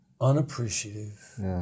unappreciative